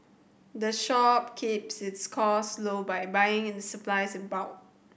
the shop keeps its cost low by buying its supplies in bulk